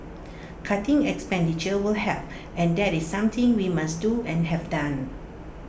cutting expenditure will help and that is something we must do and have done